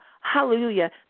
Hallelujah